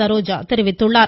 சரோஜா தெரிவித்துள்ளார்